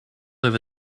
over